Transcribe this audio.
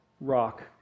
rock